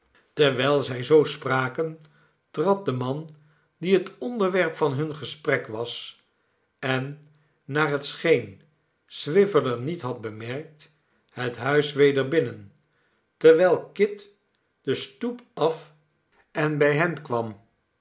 terwijl zij zoo spraken trad de man die het onderwerp van hun gesprek was en naar het scheen swiveller niet had bemerkt het huis weder binnen terwijl kit de stoep af en bij hen kwam